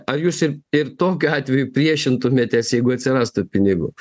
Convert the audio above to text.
ar jūs ir ir tokiu atveju priešintumėtės jeigu atsiras tų pinigų